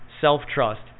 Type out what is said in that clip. self-trust